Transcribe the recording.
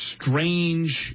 strange